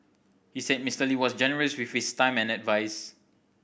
he said Mister Lee was generous with his time and advise